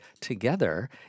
together